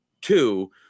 two